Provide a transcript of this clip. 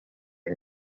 yng